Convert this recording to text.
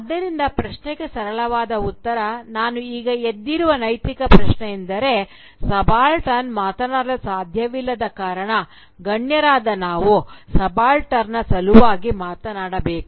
ಆದ್ದರಿಂದ ಪ್ರಶ್ನೆಗೆ ಸರಳವಾದ ಉತ್ತರ ನಾನು ಈಗ ಎದ್ದಿರುವ ನೈತಿಕ ಪ್ರಶ್ನೆಯೆಂದರೆ ಸಬಾಲ್ಟರ್ನ್ ಮಾತನಾಡಲು ಸಾಧ್ಯವಿಲ್ಲದ ಕಾರಣ ಗಣ್ಯರಾದ ನಾವು ಸಬಾಲ್ಟರ್ನ ಸಲುಗಾಗಿ ಮಾತನಾಡಬೇಕು